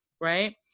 right